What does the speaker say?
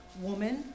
woman